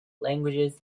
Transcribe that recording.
languages